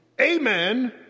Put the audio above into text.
amen